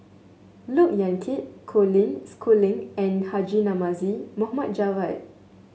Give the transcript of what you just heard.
Look Yan Kit Colin Schooling and Haji Namazie Mohd Javad